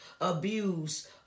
abuse